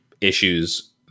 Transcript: issues